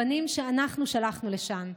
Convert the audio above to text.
הבנים שאנחנו שלחנו לשם,